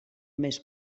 més